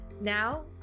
Now